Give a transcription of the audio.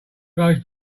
most